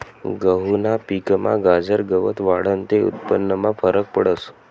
गहूना पिकमा गाजर गवत वाढनं ते उत्पन्नमा फरक पडस